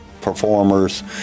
performers